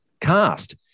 cast